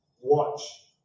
watch